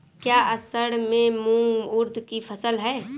क्या असड़ में मूंग उर्द कि फसल है?